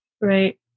Right